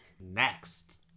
Next